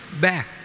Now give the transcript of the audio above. back